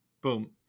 boom